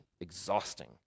exhausting